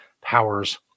powers